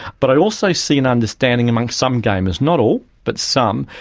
but i also see an understanding amongst some gamers, not all but some,